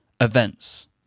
events